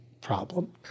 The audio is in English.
problem